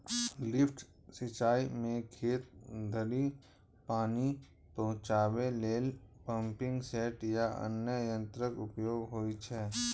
lift सिंचाइ मे खेत धरि पानि पहुंचाबै लेल पंपिंग सेट आ अन्य यंत्रक उपयोग होइ छै